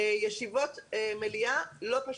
ישיבות מליאה וזה לא פשוט.